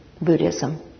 Buddhism